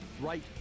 right